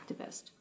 activist